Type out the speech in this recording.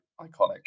iconic